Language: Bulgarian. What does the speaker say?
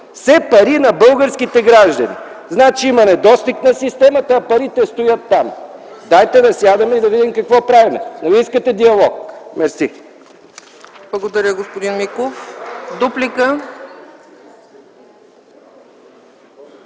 все пари на българските граждани. Значи има недостиг на системата, а парите стоят там. Дайте да сядаме и да видим какво правим! Нали искате диалог?! Благодаря. (Ръкопляскания